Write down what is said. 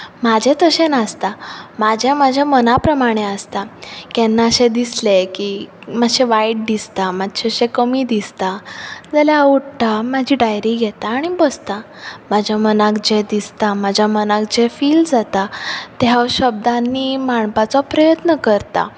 म्हजें तशें नासता म्हजें म्हजे मना प्रमाणे आसता केन्ना अशें दिसलें की मातशें वायट दिसता मातशें अशें कमी दिसता जाल्यार हांव उठ्ठा म्हजी डायरी घेता आनी बसता म्हज्या मनाक जें दिसता म्हज्या मनाक जें फील जाता तें हांव शब्दांनी मांडपाचो प्रयत्न करतां